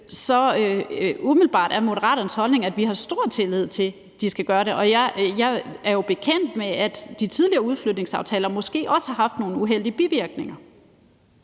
Umiddelbart er Moderaternes holdning, at vi har stor tillid til, at de kan gøre det, og jeg er jo bekendt med, at de tidligere udflytningsaftaler måske også har haft nogle uheldige bivirkninger.